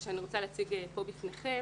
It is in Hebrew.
ואני רוצה להציג כאן בפניכם,